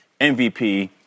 MVP